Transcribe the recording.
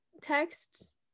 texts